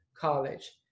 college